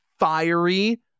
fiery